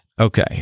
Okay